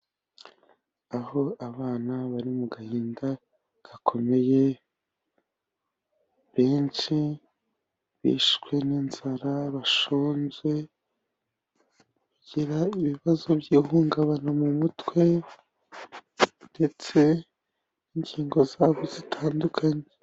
Aho abana bari mu gahinda gakomeye, benshi bishwe n'inzara bashoje, kugira ibibazo by'ihungabana mu mutwe ndetse n'ingingo zabo zitandukanye.